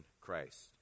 Christ